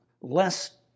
less